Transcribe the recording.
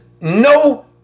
no